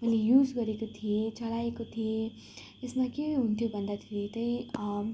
मैले युज गरेको थिएँ चलाएको थिएँ यसमा के हुन्थ्यो भन्दाखेरि त्यही